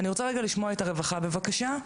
אני רוצה לשמוע את הרווחה, בבקשה.